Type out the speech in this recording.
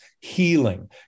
healing